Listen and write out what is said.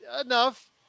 enough